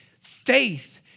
faith